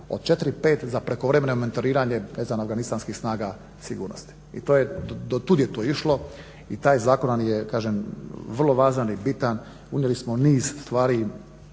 od 4-5 za prekovremeno mentoriranje afganistanskih snaga sigurnosti i do tud je to išlo i taj zakon nam je kažem vrlo važan i bitan. Unijeli smo niz stvari.